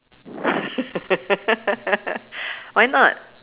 why not